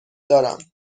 دارم